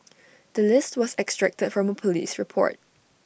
the list was extracted from A Police report